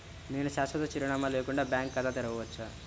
నేను శాశ్వత చిరునామా లేకుండా బ్యాంక్ ఖాతా తెరవచ్చా?